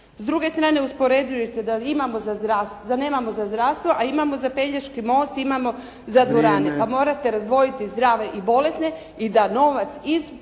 S druge strane uspoređujući se da nemamo za zdravstvo, a imamo za Pelješki most, imamo za dvorane, pa morate razdvojiti zdrave i bolesne i da novac sa